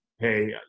hey